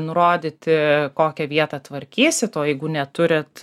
nurodyti kokią vietą tvarkysit o jeigu neturit